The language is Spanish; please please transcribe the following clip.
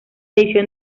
edición